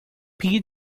peer